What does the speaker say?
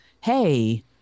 hey